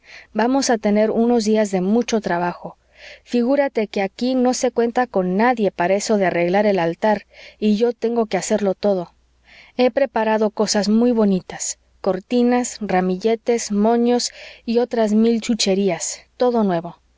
vamos a tener unos días de mucho trabajo figúrate que aquí no se cuenta con nadie para eso de arreglar el altar y yo tengo que hacerlo todo he preparado cosas muy bonitas cortinas ramilletes moños y otras mil chucherías todo nuevo